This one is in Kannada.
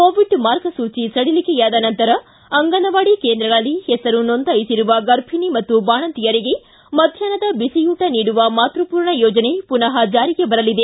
ಕೋವಿಡ್ ಮಾರ್ಗಸೂಚಿ ಸಡಿಲಿಕೆಯಾದ ನಂತರ ಅಂಗನವಾಡಿ ಕೇಂದ್ರಗಳಲ್ಲಿ ಹೆಸರು ನೋಂದಾಯಿಸಿರುವ ಗರ್ಭಣೆ ಮತ್ತು ಬಾಣಂತಿಯರಿಗೆ ಮಧ್ಯಾಷ್ನದ ಬಿಸಿಯೂಟ ನೀಡುವ ಮಾತೃಪೂರ್ಣ ಯೋಜನೆ ಪುನಃ ಜಾರಿಗೆ ಬರಲಿದೆ